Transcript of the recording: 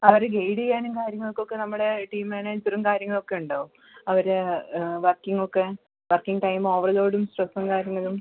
അവരെ ഗൈഡ് ചെയ്യാനും കാര്യങ്ങൾക്കൊക്കെ നമ്മുടെ ടീം മാനേജറും കാര്യങ്ങളൊക്കെയുണ്ടോ അവരെ വർക്കിങ്ങൊക്കെ വർക്കിങ് ടൈമും ഓവർ ലോഡിങ് സ്ട്രസ്സും കാര്യങ്ങളും